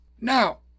Now